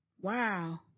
Wow